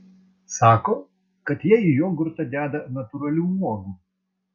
sako kad jie į jogurtą deda natūralių uogų